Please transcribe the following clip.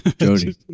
jody